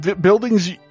buildings